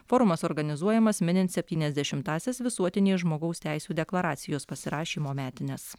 forumas organizuojamas minint septyniasdešimtąsias visuotinės žmogaus teisių deklaracijos pasirašymo metines